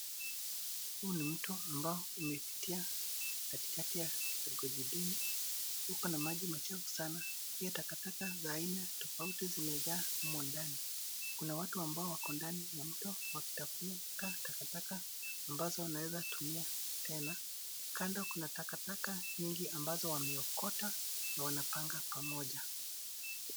Huu ni mto ambao umepitia katikati ya kitongoji duni. Uko na maji machafu sana na takataka za aina tofauti tofauti zimejaa humo ndani. Kuna watu ambao wako ndani ya mto wakitafuta takataka ambazo wanaweza tumia tena. Kando kuna takataka nyingi ambazo wameokota na wanapanga pamoja.